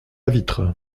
vitre